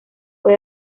fue